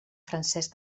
francesc